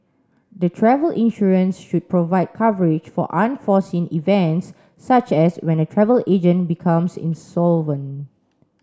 the travel insurance should provide coverage for unforeseen events such as when a travel agent becomes insolvent